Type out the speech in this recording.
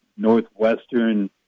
Northwestern